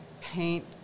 paint